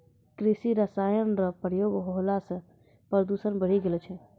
कृषि रसायन रो प्रयोग होला से प्रदूषण बढ़ी गेलो छै